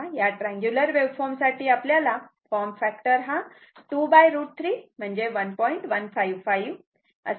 तेव्हा या triangular waveform साठी आपल्याला फॉर्म फॅक्टर हा 2 √3 म्हणजे 1